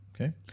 Okay